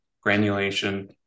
granulation